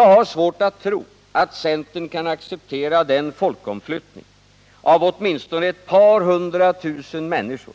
Jag har svårt att tro att centern kan acceptera den folkomflyttning av åtminstone ett par hundra tusen människor